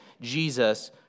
Jesus